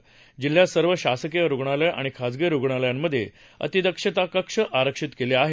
जिल्ह्यात सर्व शासकीय रुग्णालयं आणि खाजगी रुग्णालयांमध्ये अतिदक्षता कक्ष आरक्षित केले आहेत